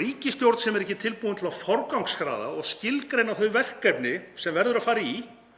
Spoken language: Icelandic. Ríkisstjórn sem er ekki tilbúin til að forgangsraða og skilgreina þau verkefni sem verður að fara í